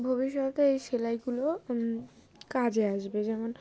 ভবিষ্যতে এই সেলাইগুলো কাজে আসবে যেমন